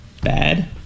bad